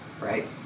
Right